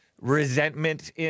resentment